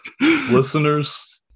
Listeners